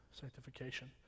sanctification